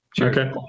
okay